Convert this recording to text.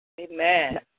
Amen